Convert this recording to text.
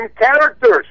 characters